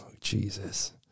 Jesus